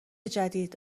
جدید